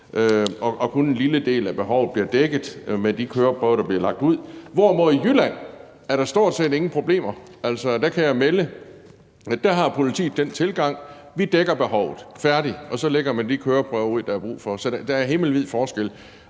og kun en lille del af behovet bliver dækket af de køreprøver, der bliver lagt ud, hvorimod der i Jylland stort set ingen problemer er. Der kan jeg melde, at der har politiet den tilgang, at man dækker behovet – færdig! – og så lægger man de køreprøver ud, der er brug for. Så der er himmelvid forskel